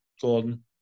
Gordon